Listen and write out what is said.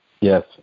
Yes